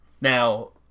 Now